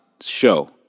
show